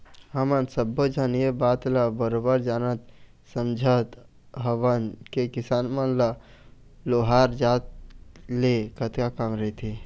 हमन सब्बे झन ये बात ल बरोबर जानत समझत हवन के किसान मन ल लोहार जात ले कतका काम रहिथे